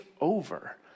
over